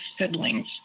siblings